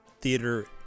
theater